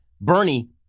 Bernie